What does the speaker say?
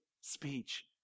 speech